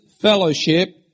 fellowship